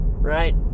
right